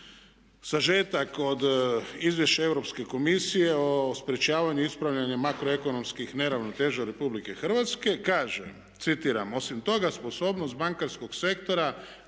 sažetak od izvješća Europske komisije o sprječavanju ispravljanja makroekonomskih neravnoteža Republike Hrvatske. Kaže, citiram: "Osim toga sposobnost bankarskog sektora